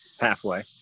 halfway